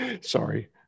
Sorry